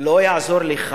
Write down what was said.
לא יעזור לך